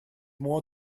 more